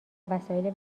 وسایل